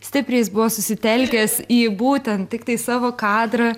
stipriai jis buvo susitelkęs į būtent tiktai savo kadrą